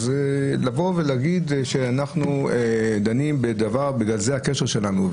אז לבוא ולהגיד שאנחנו דנים בדבר ובגלל זה הקשר שלנו אליו,